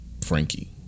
Frankie